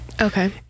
Okay